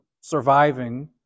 surviving